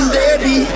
baby